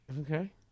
Okay